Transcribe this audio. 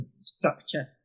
structure